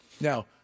Now